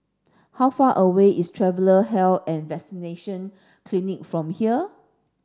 how far away is Traveller and Vaccination Clinic from here